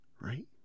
right